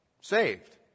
Saved